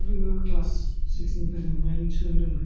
गोदो क्लास सिक्सनिफ्रायनो भाय'लिन सोलोंदोंमोन